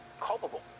culpable